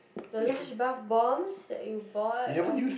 the Lush bath bombs that you bought last